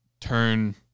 turn